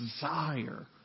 desire